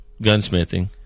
gunsmithing